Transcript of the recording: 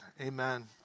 amen